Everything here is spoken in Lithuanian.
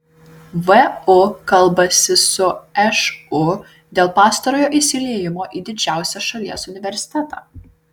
vu kalbasi su šu dėl pastarojo įsiliejimo į didžiausią šalies universitetą